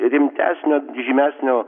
rimtesnio žymesnio